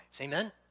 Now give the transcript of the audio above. Amen